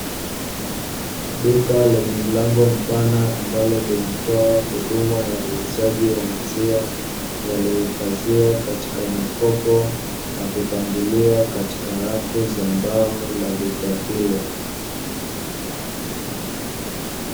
Duka lenye mlango mpana ambalo linatoa huduma ya uuzaji wa maziwa, yaliyohifadhiwa katika makopo na kupangiliwa katika rafu za mbao za duka hilo.